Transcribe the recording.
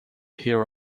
hear